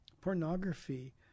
Pornography